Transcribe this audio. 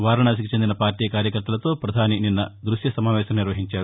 వారణాసికి చెందిన పార్టీ కార్యకర్తలతో పధాని నిన్న దృక్య సమావేశం నిర్వహించారు